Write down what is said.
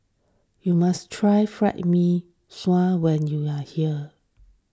you must try Fried Mee Sua when you are here